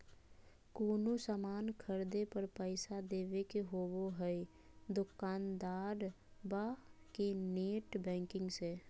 कोनो सामान खर्दे पर पैसा देबे के होबो हइ दोकंदारबा के नेट बैंकिंग से